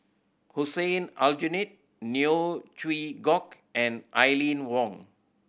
Hussein Aljunied Neo Chwee Kok and Aline Wong